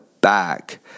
back